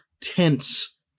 tense